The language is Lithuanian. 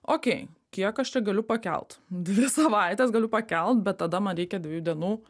okey kiek aš čia galiu pakelt dvi savaites galiu pakelt bet tada man reikia dviejų dienų